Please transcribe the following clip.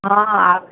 हँ आबय